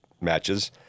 matches